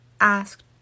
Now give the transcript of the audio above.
asked